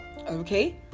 okay